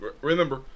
Remember